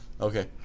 Okay